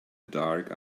dark